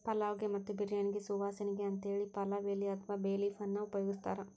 ಪಲಾವ್ ಗೆ ಮತ್ತ ಬಿರ್ಯಾನಿಗೆ ಸುವಾಸನಿಗೆ ಅಂತೇಳಿ ಪಲಾವ್ ಎಲಿ ಅತ್ವಾ ಬೇ ಲೇಫ್ ಅನ್ನ ಉಪಯೋಗಸ್ತಾರ